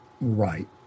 right